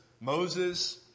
Moses